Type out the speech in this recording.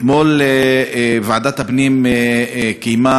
אתמול קיימה